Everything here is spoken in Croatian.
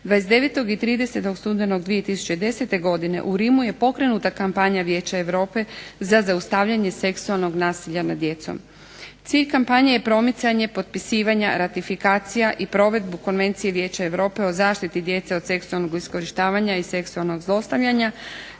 29. i 30. studenog 2010. godine u Rimu je pokrenuta kampanja Vijeća Europe za zaustavljanje seksualnog nasilja nad djecom. Cilj kampanje je promicanje potpisivanja, ratifikacija i provedbu Konvencije Vijeća Europe o zaštiti djece od seksualnog iskorištavanja i seksualnog zlostavljanja,